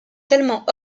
tellement